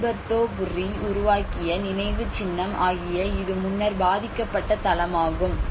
Alberto Burri உருவாக்கிய நினைவுச்சின்னம் ஆகிய இது முன்னர் பாதிக்கப்பட்ட தளமாகும்